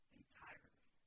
entirely